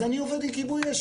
אז אני עובד עם כיבוי אש,